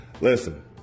Listen